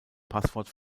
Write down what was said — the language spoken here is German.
passwort